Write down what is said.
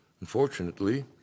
Unfortunately